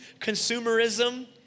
consumerism